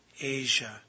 Asia